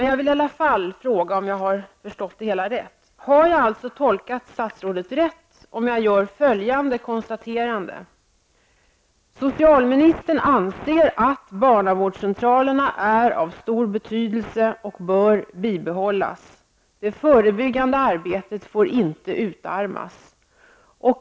Jag undrar alltså om jag har tolkat statsrådet rätt om jag gör följande konstateranden: Socialministern anser att barnavårdscentralerna är av stor betydelse och bör bibehållas. Det förebyggande arbetet får inte utarmas.